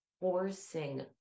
forcing